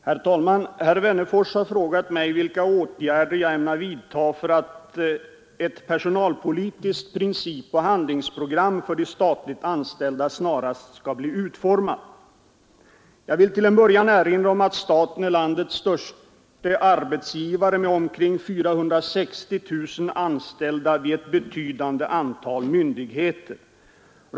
Herr talman! Herr Wennerfors har frågat mig, vilka åtgärder jag ämnar vidtaga för att ett personalpolitiskt principoch handlingsprogram för de statligt anställda snarast skall bli utformat. Jag vill till en början erinra om att staten är landets största arbetsgivare med omkring 460 000 anställda vid ett betydande antal myndigheter.